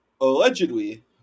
allegedly